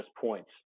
points